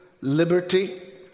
liberty